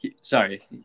Sorry